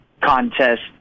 contest